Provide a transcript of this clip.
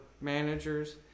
managers